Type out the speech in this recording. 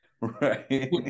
Right